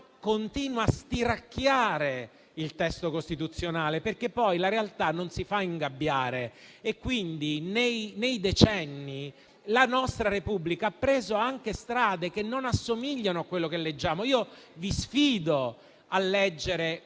continua a stiracchiare il testo costituzionale, perché poi la realtà non si fa ingabbiare e quindi nei decenni la nostra Repubblica ha preso anche strade che non assomigliano a quello che leggiamo. Vi sfido a leggere